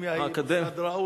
האקדמיה היא מוסד ראוי.